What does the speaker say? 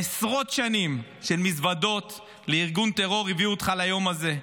עשרות שנים של מזוודות לארגון טרור הביאו אותך ליום הזה.